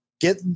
get